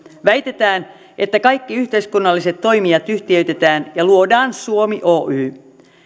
väitetään että kaikki yhteiskunnalliset toimijat yhtiöitetään ja luodaan suomi oy